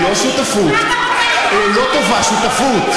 לא טובה, שותפות.